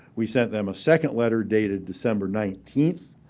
we sent them a second letter dated december nineteenth